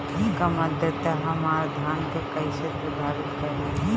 कम आद्रता हमार धान के कइसे प्रभावित करी?